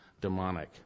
demonic